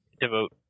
devote